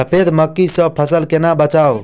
सफेद मक्खी सँ फसल केना बचाऊ?